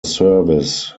service